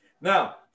Now